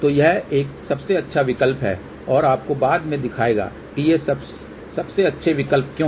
तो यह एक सबसे अच्छा विकल्प है और आपको बाद में दिखाएगा कि ये सबसे अच्छे विकल्प क्यों हैं